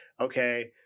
okay